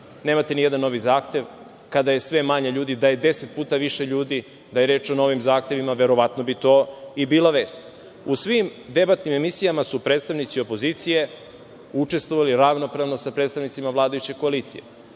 nemate nijedan novi zahtev, kada je sve manje ljudi? Da je deset puta više ljudi, da je reč o novim zahtevima, verovatno bi to i bila vest. U svim debatnim emisijama su predstavnici opozicije učestvovali ravnopravno sa predstavnicima vladajuće koalicije. Recimo,